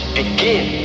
begin